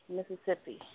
Mississippi